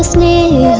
me